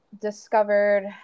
discovered